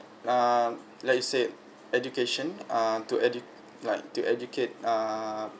um like you said education ah to edu like to educate ah